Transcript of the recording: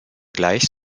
gleich